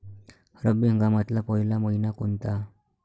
रब्बी हंगामातला पयला मइना कोनता?